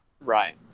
Right